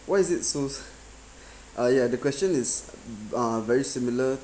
why is it so~ uh yeah the question is uh very similar